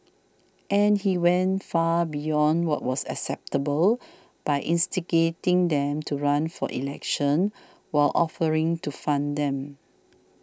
and he went far beyond what was acceptable by instigating them to run for elections while offering to fund them